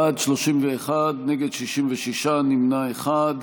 בעד, 31, נגד, 66, נמנע אחד.